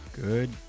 good